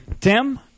Tim